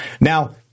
Now